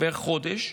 בערך חודש.